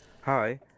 Hi